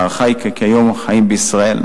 ההערכה היא שכיום חיים בישראל,